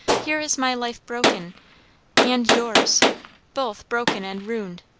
here is my life broken and yours both broken and ruined.